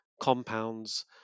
compounds